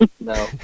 No